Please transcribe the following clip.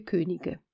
Könige